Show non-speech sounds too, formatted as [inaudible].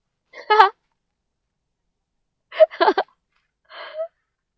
[laughs] [breath] [laughs] [breath]